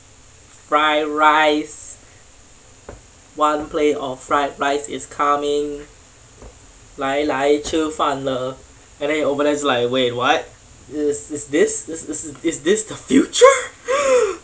fried rice one plate of fried rice is coming 来来吃饭了 and then you're over there just like wait what is is this is is is this the future